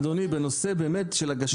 אדוני בנושא באמת של אופן הגשה.